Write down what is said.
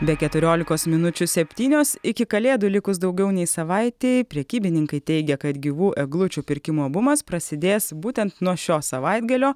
be keturiolikos minučių septynios iki kalėdų likus daugiau nei savaitei prekybininkai teigia kad gyvų eglučių pirkimo bumas prasidės būtent nuo šio savaitgalio